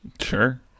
sure